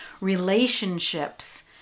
relationships